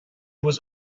was